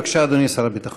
בבקשה, אדוני השר הביטחון.